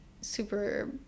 super